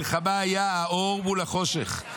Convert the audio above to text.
המלחמה הייתה האור מול החושך.